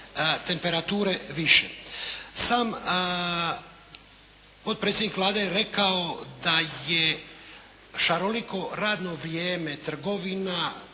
temperature više. Sam potpredsjednik Vlade je rako da je šaroliko radno vrijeme trgovina